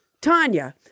Tanya